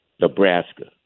Nebraska